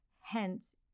Hence